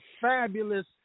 fabulous